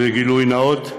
וגילוי נאות,